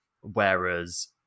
whereas